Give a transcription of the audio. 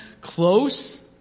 close